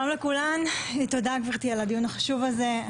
שלום לכולם, תודה רבה, גברתי, על הדיון החשוב הזה.